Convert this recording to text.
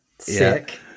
sick